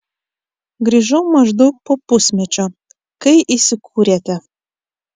grįžau maždaug po pusmečio kai įsikūrėte